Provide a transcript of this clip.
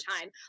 time